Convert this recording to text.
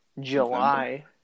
July